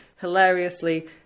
hilariously